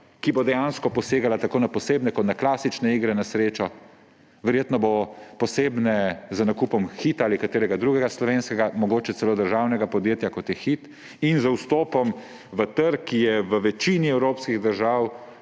ki bo dejansko posegal tako na posebne kot na klasične igre na srečo. Verjetno bo posebne z nakupom Hita ali katerega drugega slovenskega, mogoče celo državnega podjetja, kot je Hit, in z vstopom na trg, ki je v večini evropskih držav,